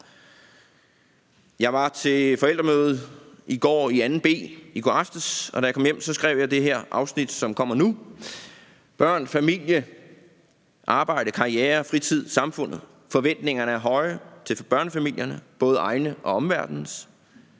Jeg var til forældremøde i 2. b i går aftes, og da jeg kom hjem, skrev jeg det her afsnit, som kommer nu: Børn, familie, arbejde, karriere, fritid, samfundet – forventningerne er høje til børnefamilierne, både egne og omverdenens.